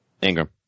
Ingram